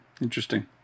interesting